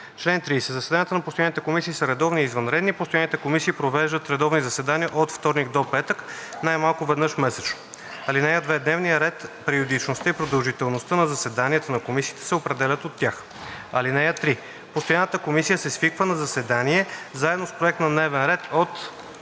„Чл. 30. (1) Заседанията на постоянните комисии са редовни и извънредни. Постоянните комисии провеждат редовни заседания от вторник до петък най-малко веднъж месечно. (2) Дневният ред, периодичността и продължителността на заседанията на комисиите се определят от тях. (3) Постоянната комисия се свиква на заседание заедно с проект на дневен ред от